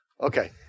okay